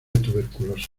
tuberculosis